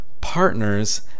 partners